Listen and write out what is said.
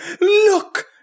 look